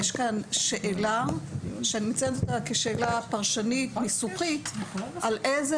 יש כאן שאלה שהיא שאלה פרשנית ניסוחית על איזה